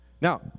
Now